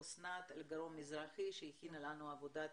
אסנת אלגום מזרחי, שהכינה לנו עבודה,